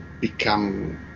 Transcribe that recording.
become